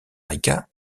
rica